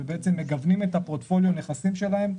מגוונים את הפורטפוליו נכסים שלהם,